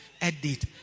edit